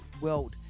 world